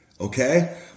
okay